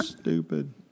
stupid